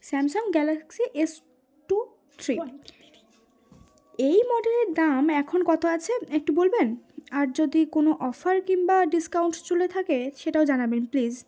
Samsung Galaxy S two three এই মডেলের দাম এখন কত আছে একটু বলবেন আর যদি কোনো অফার কিংবা ডিসকাউন্ট চলে থাকে সেটাও জানাবেন প্লিজ